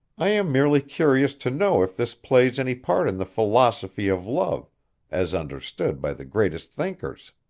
i am merely curious to know if this plays any part in the philosophy of love as understood by the greatest thinkers.